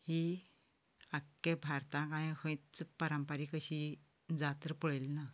ही आखख्या भारताक हांवें खंयच पारंपारीक अशी जात्रा पळयली ना